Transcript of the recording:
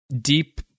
deep